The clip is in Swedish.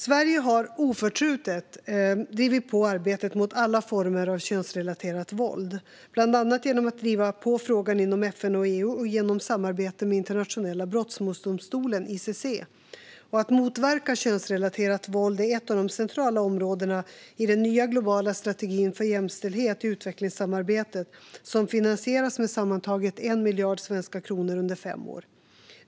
Sverige har oförtrutet drivit på arbetet mot alla former av könsrelaterat våld, bland annat genom att driva på frågan inom FN och EU och genom samarbete med internationella brottmålsdomstolen, ICC. Att motverka könsrelaterat våld är ett av de centrala områdena i den nya globala strategin för jämställdhet i utvecklingssamarbetet, som finansieras med sammantaget 1 miljard svenska kronor under fem år.